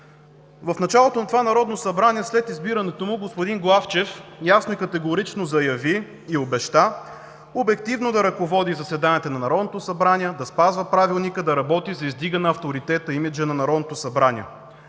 В началото на това Народно събрание, след избирането му, господин Главчев ясно и категорично заяви и обеща обективно да ръководи заседанията на Народното събрание, да спазва Правилника, да работи за издигане авторитета, имиджа на Народното събрание.